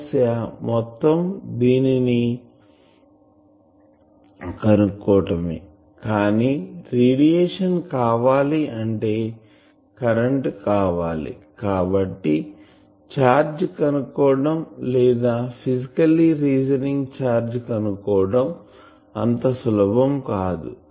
సమస్య మొత్తం దీనిని కనుక్కోవటమే కానీ రేడియేషన్ కావాలి అంటే కరెంటు కావాలి కాబట్టి ఛార్జ్ కనుక్కోవటం లేదా ఫీజికెల్లి రీజనింగ్ ఛార్జ్ కనుక్కోవటం అంత సులభం కాదు